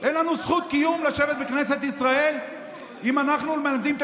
אין לנו זכות קיום לשבת בכנסת ישראל אם אנחנו מלמדים את